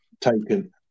taken